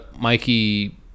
Mikey